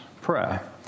prayer